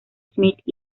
smith